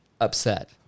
upset